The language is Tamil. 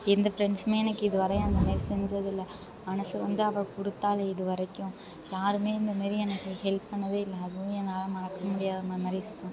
எந்த ஃப்ரெண்ட்ஸுமே எனக்கு இது வர அந்தமாரி செஞ்சதில்லை மனசு வந்து அவள் கொடுத்தாளே இது வரைக்கும் யாருமே இந்த மாரி எனக்கு ஹெல்ப் பண்ணதே இல்லை அதுவும் என்னால் மறக்க முடியாத மெமரிஸ்